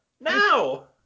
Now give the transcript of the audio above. Now